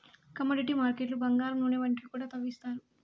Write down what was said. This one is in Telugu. కమోడిటీ మార్కెట్లు బంగారం నూనె వంటివి కూడా తవ్విత్తారు